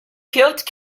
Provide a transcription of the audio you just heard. killed